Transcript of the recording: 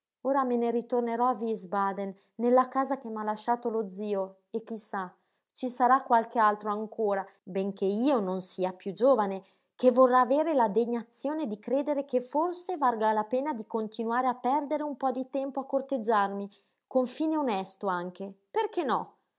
ora me ne ritornerò a wiesbaden nella casa che m'ha lasciato lo zio e chi sa ci sarà qualche altro ancora benché io non sia piú giovane che vorrà avere la degnazione di credere che forse valga la pena di continuare a perdere un po di tempo a corteggiarmi con fine onesto anche perché no